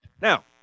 Now